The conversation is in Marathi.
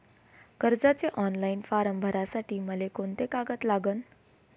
कर्जाचे ऑनलाईन फारम भरासाठी मले कोंते कागद लागन?